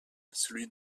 celui